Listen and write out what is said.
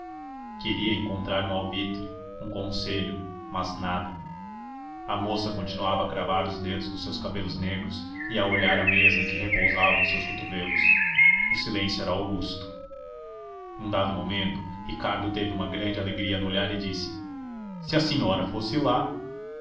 queria encontrar um alvitre um conselho mas nada a moça continuava a cravar os dedos nos seus cabelos negros e a olhar a mesa em que repousavam os seus cotovelos o silêncio era augusto num dado momento ricardo teve uma grande alegria no olhar e disse se a senhora fosse lá